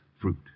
fruit